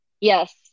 Yes